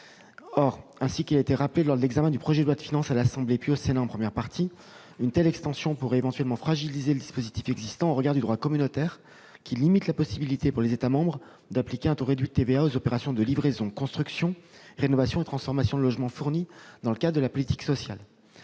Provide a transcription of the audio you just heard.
Or, comme cela a été rappelé tant à l'Assemblée nationale qu'au Sénat en première partie, une telle extension pourrait fragiliser le dispositif existant au regard du droit communautaire, lequel limite la possibilité pour les États membres d'appliquer un taux réduit de TVA aux opérations « de livraison, construction, rénovation et transformation de logements fournis dans le cadre de la politique sociale